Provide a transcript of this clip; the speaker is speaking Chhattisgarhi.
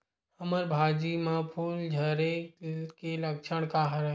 हमर भाजी म फूल झारे के लक्षण का हरय?